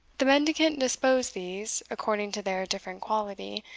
the mendicant disposed these, according to their different quality,